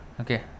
Okay